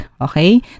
okay